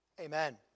Amen